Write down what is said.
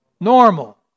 Normal